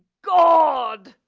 gawd!